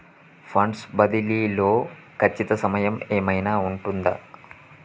Funds బదిలీ లో ఖచ్చిత సమయం ఏమైనా ఉంటుందా?